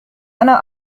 أنا